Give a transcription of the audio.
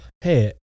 Hey